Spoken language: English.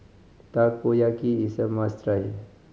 takoyaki is a must try